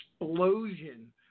explosion